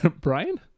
brian